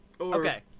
Okay